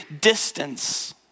distance